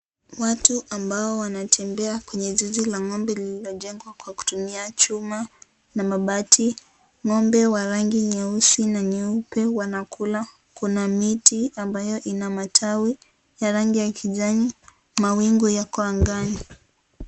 Watu ambao wanatembea kwenye zizi la ngombe lililojengwa Kwa kutumia chuma na mabati. Ngombe wa rangi nyeusi na nyeupe wanakula. Kuna miti ambayo ina matawi ya rangi ya kijani , mawingu yako angani.